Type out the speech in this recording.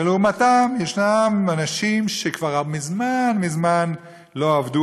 ולעומתם יש אנשים שכבר מזמן מזמן לא עבדו,